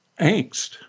angst